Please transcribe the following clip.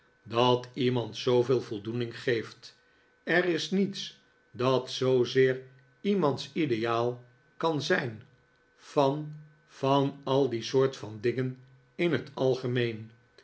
dat iemand zooveel voldoening geeft er is niets dat zoozeer iemands ideaal kan zijn van van al die soort van dingen in het algemeen